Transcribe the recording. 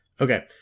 okay